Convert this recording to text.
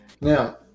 Now